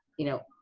you know,